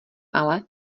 ale